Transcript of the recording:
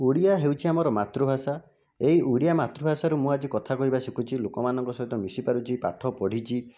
ଓଡ଼ିଆ ହେଉଛି ଆମର ମାତୃଭାଷା ଏହି ଓଡ଼ିଆ ମାତୃଭାଷାରୁ ମୁଁ ଆଜି କଥା କହିବା ଶିଖୁଛି ଲୋକମାନଙ୍କ ସହିତ ମିଶିପାରୁଛି ପାଠ ପଢ଼ିଛି